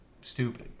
Stupid